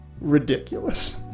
ridiculous